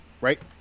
right